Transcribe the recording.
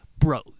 Bro